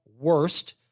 worst